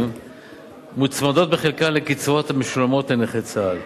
מוצמדות בחלקן לקצבאות המשולמות לנכי צה"ל.